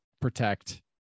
protect